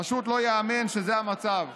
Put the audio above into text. פשוט לא ייאמן שזה המצב.